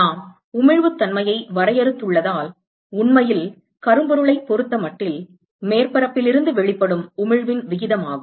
நாம் உமிழ்வுத்தன்மையை வரையறுத்துள்ளதால் உண்மையில் கரும்பொருளைப் பொறுத்தமட்டில் மேற்பரப்பில் இருந்து வெளிப்படும் உமிழ்வின் விகிதமாகும்